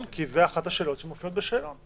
כי זאת אחת השאלות שמופיעות בשאלון.